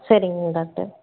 சரிங்க டாக்டர்